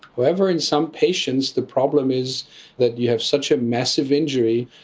however, in some patients the problem is that you have such a massive injury,